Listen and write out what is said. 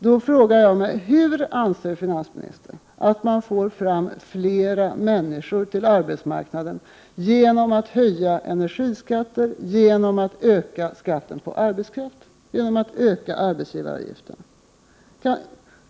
Då frågar jag mig: Hur anser finansministern att man skall få fram fler människor till arbetsmarknaden om man höjer energiskatten, ökar skatten på arbetskraft och höjer arbetsgivaravgiften?